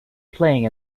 playing